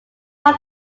part